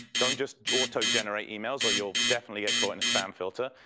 don't just auto generate emails or you'll definitely get caught in a spam filter.